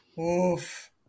Oof